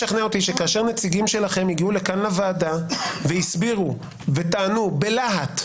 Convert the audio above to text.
שכאשר נציגים שלכם הגיעו לכאן לוועדה והסבירו וטענו בלהט,